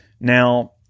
now